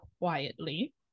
quietly